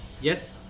Yes